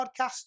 podcast